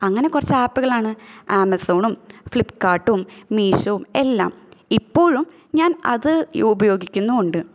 അങ്ങനെ കുറച്ച് ആപ്പുകളാണ് ആമസോണും ഫ്ലിപ്കാർട്ടും മീഷോയും എല്ലാം ഇപ്പോഴും ഞാൻ അത് ഉപയോഗിക്കുന്നുമുണ്ട്